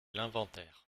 l’inventaire